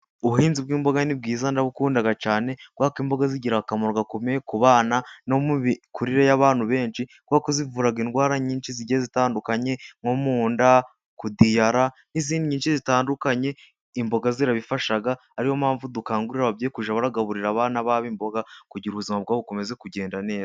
Ubuhinzi bw'imboga ni bwiza ndabukunda cyane kubera ko imboga zigira akamaro gakomeye kubana no mu mikurire y'abantu benshi kuko kuzivura indwara nyinshi zigiye zitandukanye nko munda, kudiyara n'izindi nyinshi zitandukanye imboga zirabifasha. ariyo mpamvu dukangurira ababyeyi kujya baragaburira abana babo imboga kugira ubuzima bwabo bukomeze kugenda neza.